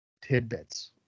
tidbits